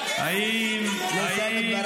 --- על אלוהים, מה הקשר?